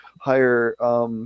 higher